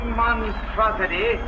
monstrosity